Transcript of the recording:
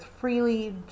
freely